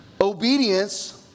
Obedience